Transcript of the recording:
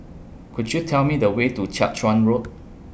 Could YOU Tell Me The Way to Jiak Chuan Road